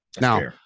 now